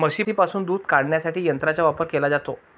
म्हशींपासून दूध काढण्यासाठी यंत्रांचा वापर केला जातो